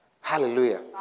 Hallelujah